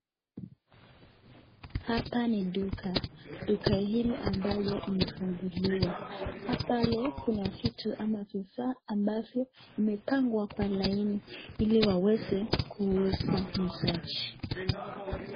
Hapa ni duka. Duka hili ambayo imefunguliwa. Pale kuna vitu ama vifaa ambavyo vimepangwa kwa laini ili waweze kuuza mwuzaji.